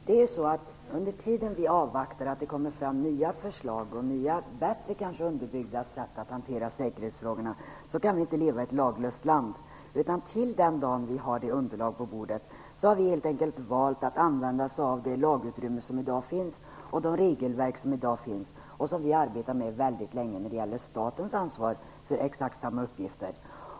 Herr talman! Medan vi avvaktar nya förslag och kanske bättre underbyggda former för hanteringen av säkerhetsfrågorna kan vi inte leva i ett laglöst land. Vi har helt enkelt valt att fram till den dag då vi har ett underlag på bordet använda oss av det lagutrymme och de regelverk som finns i dag och som vi arbetat med väldigt länge när det gäller statens ansvar för exakt samma uppgifter.